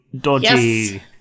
dodgy